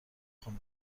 خوام